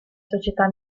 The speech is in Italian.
società